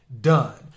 done